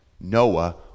Noah